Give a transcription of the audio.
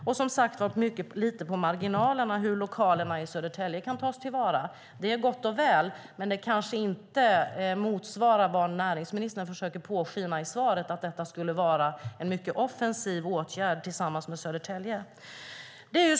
Som sagt handlar det mycket lite, på marginalerna, om hur lokalerna i Södertälje kan tas till vara. Det är gott och väl, men det kanske inte motsvarar vad näringsministern försöker påskina i svaret, nämligen att detta skulle vara en mycket offensiv åtgärd tillsammans med Södertälje.